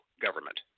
government